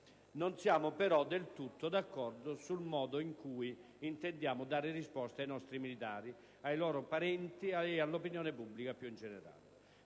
Non siamo però del tutto d'accordo sul modo in cui si intende dare risposta ai nostri militari, ai loro parenti ed all'opinione pubblica più in generale.